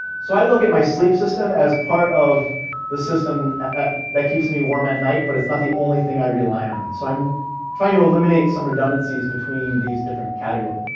so i look at my sleep system as part of the system that keeps me warm at night, but it's not the only thing i rely on. so i'm trying to eliminate some redundancies between these different categories,